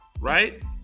right